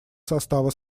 состава